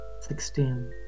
Sixteen